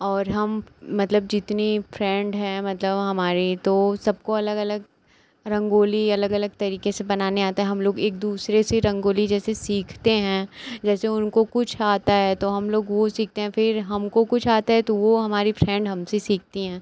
और हम मतलब जितनी फ़्रेन्ड हैं मतलब हमारी तो सबको अलग अलग रंगोली अलग अलग तरीक़े से बनाने आता है हम लोग एक दूसरे से रंगोली जैसे सीखते हैं जैसे उनको कुछ आता है तो हम लोग वह सीखते हैं फिर हमको कुछ आता है तो वह हमारी फ़्रेन्ड हमसे सीखती हैं